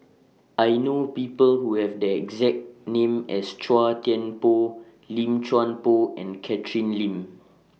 I know People Who Have The exact name as Chua Thian Poh Lim Chuan Poh and Catherine Lim